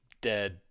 dead